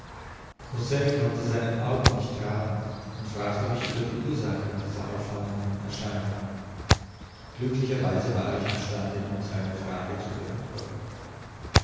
konnte seinen augen nicht trauen und fragte mich über die ursachen dieser auffallenden erscheinung glücklicherweise war ich im stande ihm seine frage zu beantworten